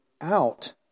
out